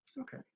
Okay